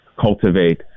cultivate